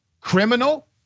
criminal